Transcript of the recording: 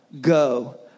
go